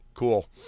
Cool